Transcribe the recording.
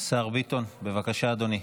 השר ביטון, בבקשה, אדוני.